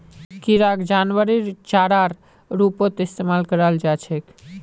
किराक जानवरेर चारार रूपत इस्तमाल कराल जा छेक